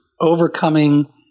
overcoming